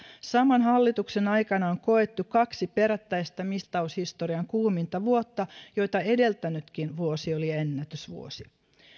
saman hallituksen aikana on koettu kaksi perättäistä mittaushistorian kuuminta vuotta joita edeltänytkin vuosi oli ennätysvuosi